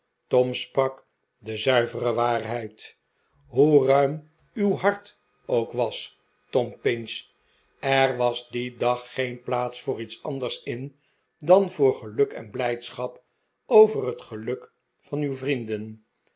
tom sprak de zuivere waarheid hoe ruim uw hart ook was tom pinch er was dien dag geen plaats voor iets anders in dan voor geluk en blijdschap over het geluk van uw vrienden